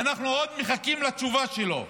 ואנחנו עוד מחכים לתשובה שלו.